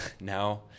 now